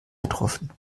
getroffen